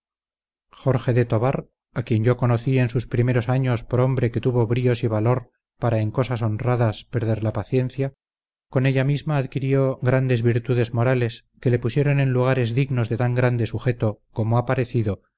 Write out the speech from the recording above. jorge de tobar a quien yo conocí en sus primeros años por hombre que tuvo bríos y valor para en cosas honradas perder la paciencia con ella misma adquirió grandes virtudes morales que le pusieron en lugares dignos de tan grande sujeto como ha parecido